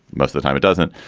most the time it doesn't.